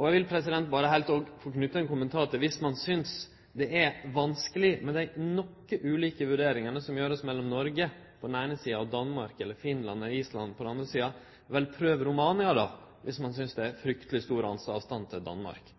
Eg vil knyte ein kommentar til at ein synest det er vanskeleg med dei noko ulike vurderingane som vert gjorde med Noreg på den eine sida og Danmark, Finland eller Island på den andre sida: Ein får prøve Romania då, om ein synest det er frykteleg stor avstand til Danmark!